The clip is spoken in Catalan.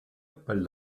pel